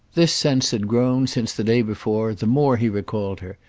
this sense had grown, since the day before, the more he recalled her,